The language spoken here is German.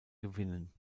gewinnen